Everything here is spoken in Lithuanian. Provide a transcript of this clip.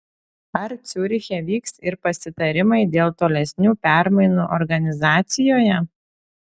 ar ciuriche vyks ir pasitarimai dėl tolesnių permainų organizacijoje